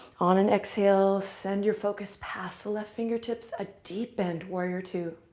on an exhale, send your focus past the left fingertips. a deep bend, warrior two.